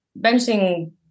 benching